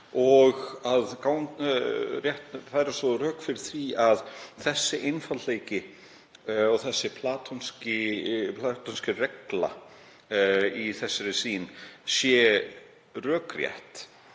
og færa svo rök fyrir því að þessi einfaldleiki og þessi platónska regla í þessari sýn sé rökrétt.